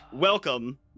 Welcome